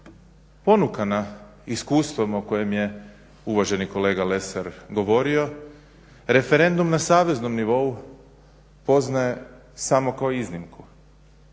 ponukana iskustvom o kojem je uvaženi kolega Lesar govorio referendum na saveznom nivou poznaje samo kao iznimku,